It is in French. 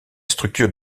structure